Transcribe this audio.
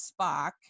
Spock